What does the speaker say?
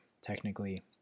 technically